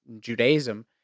Judaism